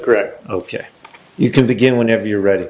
correct ok you can begin whenever you're ready